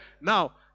Now